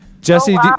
Jesse